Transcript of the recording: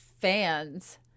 fans